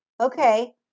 Okay